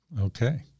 okay